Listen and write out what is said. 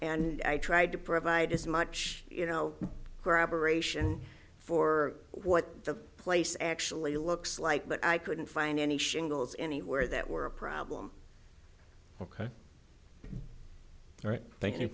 and i tried to provide as much you know we're abberation for what the place actually looks like but i couldn't find any shingles anywhere that were a problem ok all right